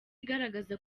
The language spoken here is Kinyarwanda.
igaragaza